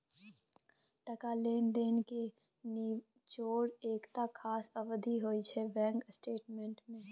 टका लेब देब केर निचोड़ एकटा खास अबधीक होइ छै बैंक स्टेटमेंट मे